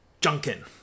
junkin